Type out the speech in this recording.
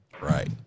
Right